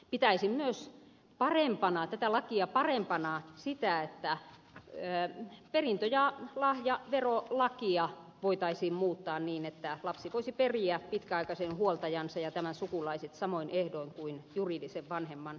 pitäisin myös tätä lakia parempana sitä että perintö ja lahjaverolakia voitaisiin muuttaa niin että lapsi voisi periä pitkäaikaisen huoltajansa ja tämän sukulaiset samoin ehdoin kuin juridisen vanhemman kohdalla